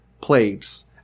plagues